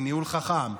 מניהול חכם,